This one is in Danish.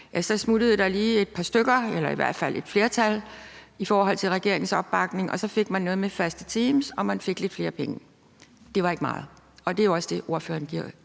Så smuttede der lige et par stykker eller i hvert fald et flertal i forhold til regeringens opbakning. Og så fik man noget med faste teams, og man fik lidt flere penge. Det var ikke meget. Og det er også det, som ordføreren giver